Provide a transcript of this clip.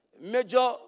Major